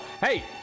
Hey